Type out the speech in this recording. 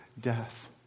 death